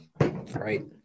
Right